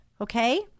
okay